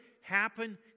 happen